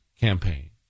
campaign